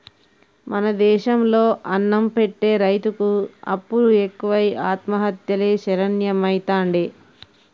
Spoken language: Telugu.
మన దేశం లో అన్నం పెట్టె రైతుకు అప్పులు ఎక్కువై ఆత్మహత్యలే శరణ్యమైతాండే